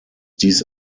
dies